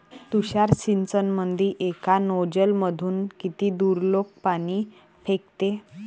तुषार सिंचनमंदी एका नोजल मधून किती दुरलोक पाणी फेकते?